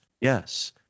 Yes